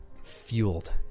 fueled